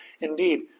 Indeed